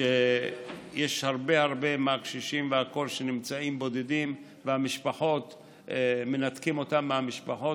כשהרבה מהקשישים נמצאים בודדים ומנתקים אותם מהמשפחות,